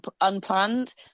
unplanned